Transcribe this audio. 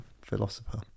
Philosopher